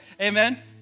Amen